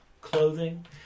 clothing